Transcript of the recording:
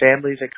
families